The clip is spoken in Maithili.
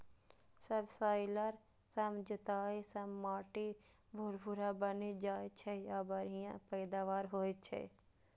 सबसॉइलर सं जोताइ सं माटि भुरभुरा बनि जाइ छै आ बढ़िया पैदावार होइ छै